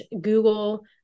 Google